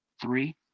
three